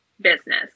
business